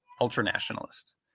ultra-nationalist